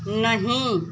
नहीं